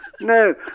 No